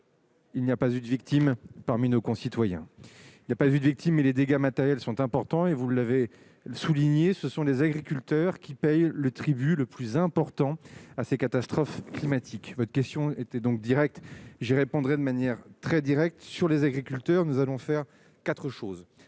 Il n'y a pas eu de victimes parmi nos concitoyens, il n'y a pas eu de victime mais les dégâts matériels sont importants et vous l'avez souligné ce sont les agriculteurs qui payent le tribut le plus important à ces catastrophes climatiques votre question était donc Direct je répondrais de manière très directe sur les agriculteurs, nous allons faire 4 choses